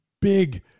big